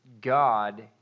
God